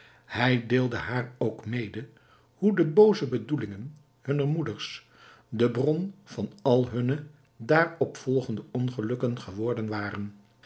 hij deelde haar ook mede hoe de booze bedoelingen hunner moeders de bron van al hunne daarop volgende ongelukken geworden waren